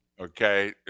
Okay